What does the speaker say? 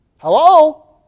Hello